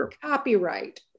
copyright